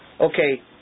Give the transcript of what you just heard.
okay